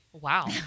Wow